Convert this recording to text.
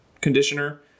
conditioner